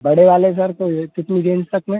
बड़े वाले सर तो ये कितनी रेंज तक में